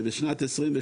בשנת 2022,